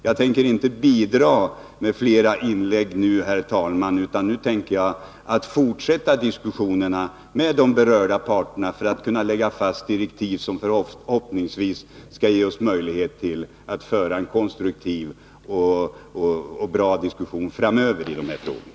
Jag tänker inte bidra med fler inlägg, utan nu ämnar jag fortsätta diskussionerna med de berörda parterna — för att kunna lägga fast direktiv till en utredning, som förhoppningsvis skall ge oss möjlighet att framöver föra en konstruktiv och bra diskussion om de här frågorna.